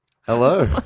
Hello